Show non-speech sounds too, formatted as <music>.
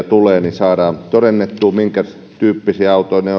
<unintelligible> tulee silloin saadaan todennettua minkä tyyppisiä autoja ne <unintelligible>